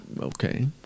Okay